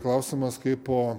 klausimas kaip po